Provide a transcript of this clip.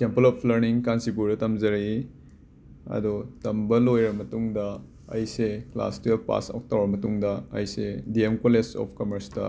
temple of learning ꯀꯥꯟꯆꯤꯄꯨꯔꯗ ꯇꯝꯖꯔꯛꯏ ꯑꯗꯣ ꯇꯝꯕ ꯂꯣꯏꯔꯕ ꯃꯇꯨꯡꯗ ꯑꯩꯁꯦ ꯀ꯭ꯂꯥꯁ ꯇ꯭ꯋꯦꯕ ꯄꯥꯁ ꯇꯧꯔꯕ ꯃꯇꯨꯡꯗ ꯑꯩꯁꯦ ꯗꯤ ꯑꯦꯝ ꯀꯣꯂꯦꯖ ꯑꯣꯐ ꯀꯃꯔꯁꯇ